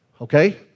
Okay